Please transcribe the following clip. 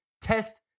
test